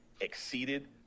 exceeded